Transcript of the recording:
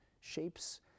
shapes